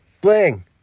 bling